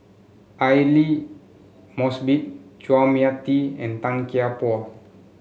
Aidli Mosbit Chua Mia Tee and Tan Kian Por